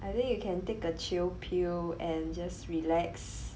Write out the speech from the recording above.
I think you can take a chill pill and just relax